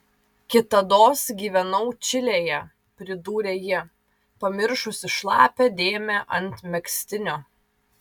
kitados gyvenau čilėje pridūrė ji pamiršusi šlapią dėmę ant megztinio